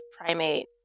primate